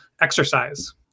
exercise